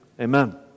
amen